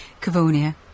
Cavonia